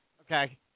Okay